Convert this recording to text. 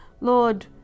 lord